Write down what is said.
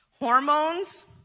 hormones